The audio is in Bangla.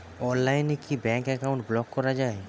অনলাইনে কি ব্যাঙ্ক অ্যাকাউন্ট ব্লক করা য়ায়?